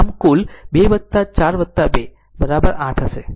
આમ કુલ 2 4 2 8 હશે જેમાં 5 સમાંતર છે